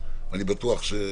אנחנו נחכה עם ההצבעה.